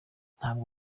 ntabwo